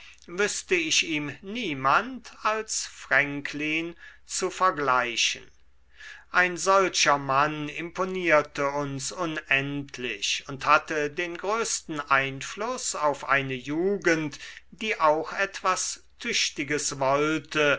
wüßte ich ihm niemand als franklin zu vergleichen ein solcher mann imponierte uns unendlich und hatte den größten einfluß auf eine jugend die auch etwas tüchtiges wollte